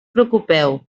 preocupeu